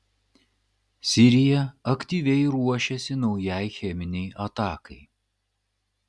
sirija aktyviai ruošėsi naujai cheminei atakai